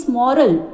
moral